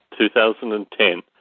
2010